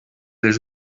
les